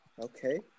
okay